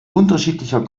unterschiedlicher